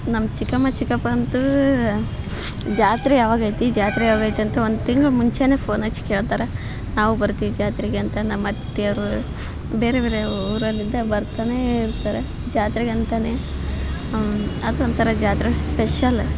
ನಮ್ಮ ಚಿಕ್ಕಮ್ಮ ಚಿಕ್ಕಪ್ಪ ಅಂತೂ ಜಾತ್ರೆ ಯಾವಾಗ ಐತಿ ಜಾತ್ರೆ ಯಾವಾಗ ಐತಿ ಅಂತ ಒಂದು ತಿಂಗ್ಳು ಮುಂಚೇನೆ ಫೋನ್ ಹಚ್ ಕೇಳ್ತಾರ ನಾವು ಬರ್ತೀವಿ ಜಾತ್ರೆಗೆ ಅಂತ ನಮ್ಮ ಅತ್ಯರು ಬೇರೆ ಬೇರೆ ಊರಲ್ಲಿಂದ ಬರ್ತನೇ ಇರ್ತಾರೆ ಜಾತ್ರೆಗಂತಾನೇ ಅದೊಂಥರ ಜಾತ್ರೆ ಸ್ಪೆಷಲ್ಲ